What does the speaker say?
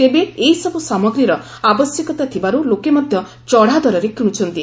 ତେବେ ଏ ସବୁ ସାମଗ୍ରୀର ଆବଶ୍ୟତକା ଥିବାରୁ ଲୋକେ ମଧ୍ଧ ଚଢାଦରରେ କିଣୁଛନ୍ତି